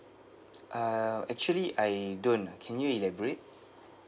uh actually I don't ah can you elaborate